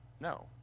No